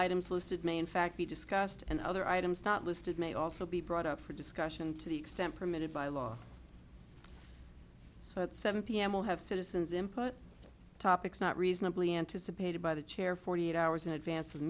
items listed may in fact be discussed and other items not listed may also be brought up for discussion to the extent permitted by law so at seven pm we'll have citizens input topics not reasonably anticipated by the chair forty eight hours in advance